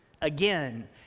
Again